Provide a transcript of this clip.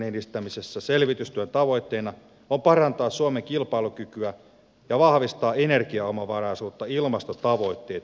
selvitystyön tavoitteena on parantaa suomen kilpailukykyä ja vahvistaa energiaomavaraisuutta ilmastotavoitteet huomioiden